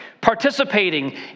participating